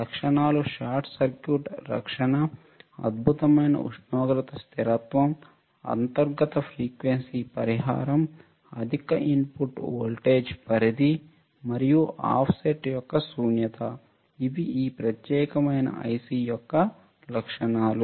లక్షణాలు short circuit రక్షణ అద్భుతమైన ఉష్ణోగ్రత స్థిరత్వం అంతర్గత ఫ్రీక్వెన్సీ పరిహారం అధిక ఇన్పుట్ వోల్టేజ్ పరిధి మరియు ఆఫ్సెట్ యొక్క శూన్యత ఇవి ఈ ప్రత్యేకమైన I C యొక్క లక్షణాలు